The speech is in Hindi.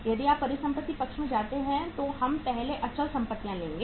यदि आप परिसंपत्ति पक्ष में जाते हैं तो हम पहले अचल संपत्तियां लेंगे